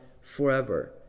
forever